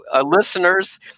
listeners